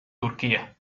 turquía